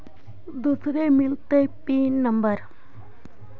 दुसरे मिलतै pin number?